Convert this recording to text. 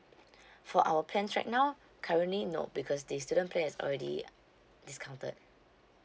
for our plans right now currently no because the student plan is already discounted